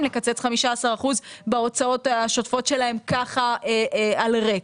לקצץ 15% בהוצאות השוטפות שלהם ככה על ריק.